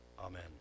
Amen